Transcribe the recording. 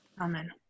Amen